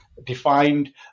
defined